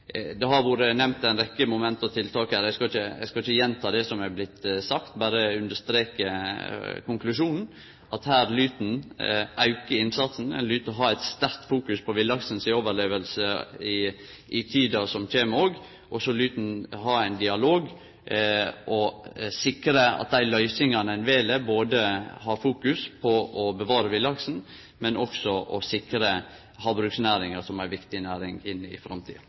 Det har vore nemnt ei rekkje moment og tiltak her. Eg skal ikkje gjenta det som har blitt sagt, berre understreke konklusjonen: Her lyt ein auke innsatsen, ein lyt fokusere på villaksen si overleving òg i tida som kjem, og så lyt ein ha ein dialog og sikre at dei løysingane ein vel, fokuserer både på bevaring av villaksen og på sikring av havbruksnæringa, som er ei viktig næring, inn i framtida.